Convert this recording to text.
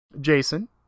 Jason